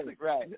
right